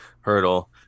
hurdle